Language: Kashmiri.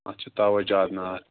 اَتھ چھِ تَوَے زیادٕ نار